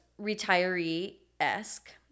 retiree-esque